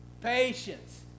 Patience